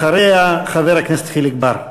ואחריה, חבר הכנסת חיליק בר.